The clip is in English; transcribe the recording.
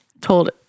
told